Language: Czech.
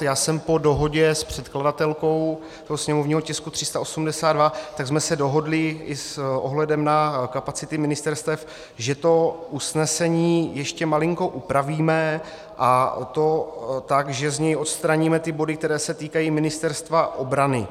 Já jsem po dohodě s předkladatelkou sněmovního tisku 382, tak jsme se dohodli i s ohledem na kapacity ministerstev, že to usnesení ještě malinko upravíme, a to tak, že z něj odstraníme ty body, které se týkají Ministerstva obrany.